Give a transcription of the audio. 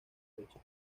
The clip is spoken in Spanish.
fecha